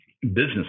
business